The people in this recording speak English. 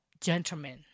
gentlemen